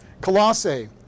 Colossae